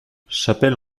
chapelle